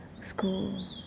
school